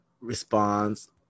responds